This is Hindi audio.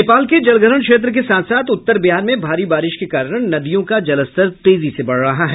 नेपाल के जलग्रहण क्षेत्र के साथ साथ उत्तर बिहार में भारी बारिश के कारण नदियों का जलस्तर तेजी से बढ़ रहा है